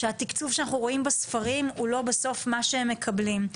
שהתקצוב שאנחנו רואים בספרים הוא לא בסוף מה שהם מקבלים.